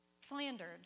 slandered